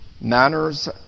manners